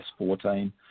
s14